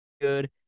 good